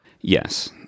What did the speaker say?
Yes